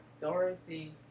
Dorothy